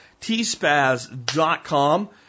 tspaz.com